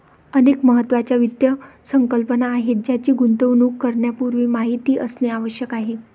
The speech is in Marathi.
अनेक महत्त्वाच्या वित्त संकल्पना आहेत ज्यांची गुंतवणूक करण्यापूर्वी माहिती असणे आवश्यक आहे